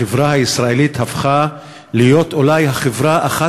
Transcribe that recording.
החברה הישראלית הפכה להיות אולי אחת